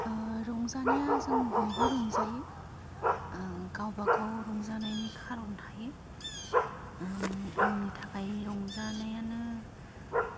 रंजानाया जों बयबो रंजायो गावबा गाव रंजानायनि खारन थायो आंनि थाखाय रंजानायानो